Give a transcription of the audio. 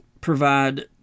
provide